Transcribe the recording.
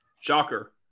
Shocker